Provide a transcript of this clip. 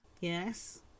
Yes